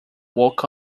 walk